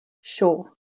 Sure